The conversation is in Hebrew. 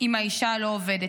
אם האישה לא עובדת.